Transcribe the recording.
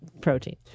protein